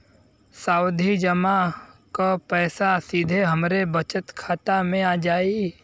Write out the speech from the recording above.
सावधि जमा क पैसा सीधे हमरे बचत खाता मे आ जाई?